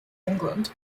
england